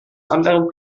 anderen